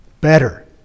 better